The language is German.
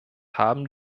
haben